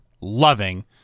loving